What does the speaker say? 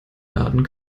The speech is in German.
laden